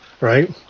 right